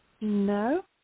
No